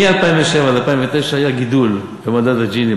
מ-2007 עד 2009 היה גידול במדד ג'יני,